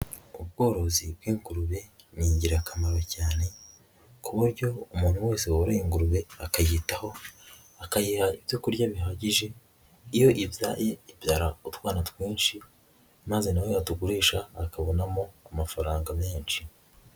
Ubworozi bw'ingurube ni ingirakamaro cyane ku buryo umuntu wese woroye ingurube akayitaho, akayiha ibyo kurya bihagije iyo ibyaye ibyara utwana twinshi maze na we yatugurisha akabonamo amafaranga menshi.